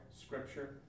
Scripture